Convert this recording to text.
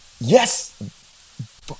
Yes